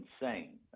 insane